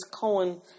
Cohen